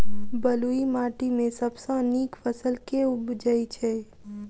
बलुई माटि मे सबसँ नीक फसल केँ उबजई छै?